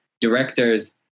directors